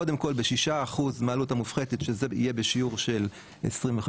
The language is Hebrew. קודם כל בששה אחוזים מהעלות המופחתת שזה יהיה בשיעור של 25%,